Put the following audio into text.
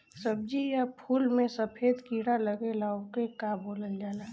सब्ज़ी या फुल में सफेद कीड़ा लगेला ओके का बोलल जाला?